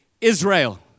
Israel